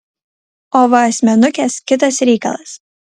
o va asmenukės kitas reikalas